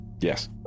Yes